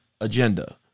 agenda